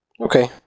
Okay